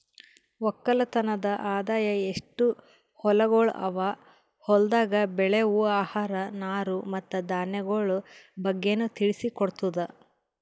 ಒಕ್ಕಲತನದ್ ಆದಾಯ, ಎಸ್ಟು ಹೊಲಗೊಳ್ ಅವಾ, ಹೊಲ್ದಾಗ್ ಬೆಳೆವು ಆಹಾರ, ನಾರು ಮತ್ತ ಧಾನ್ಯಗೊಳ್ ಬಗ್ಗೆನು ತಿಳಿಸಿ ಕೊಡ್ತುದ್